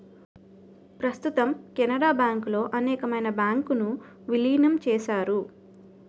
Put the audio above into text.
ప్రస్తుతం కెనరా బ్యాంకులో అనేకమైన బ్యాంకు ను విలీనం చేశారు